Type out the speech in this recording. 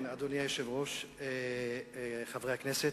אדוני היושב-ראש, חברי הכנסת,